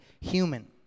human